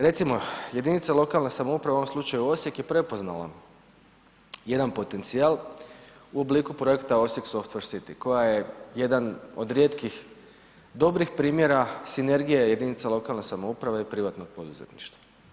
Recimo, jedinice lokalne samouprave u ovom slučaju Osijek je prepoznala jedan potencijal u obliku projekta Osijek Software City, koja je jedan od rijetkih dobrih primjera sinergije jedinica lokalne samouprave i privatnog poduzetništva.